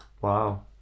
Wow